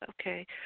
Okay